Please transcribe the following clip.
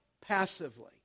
passively